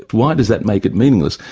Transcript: why does that make it meaningless?